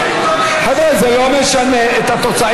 חבר'ה, זה לא משנה את התוצאה.